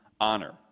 honor